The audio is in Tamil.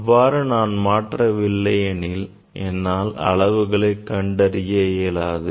அவ்வாறு நான் மாற்ற வில்லை எனில் என்னால் அளவுகளை கண்டறிய இயலாது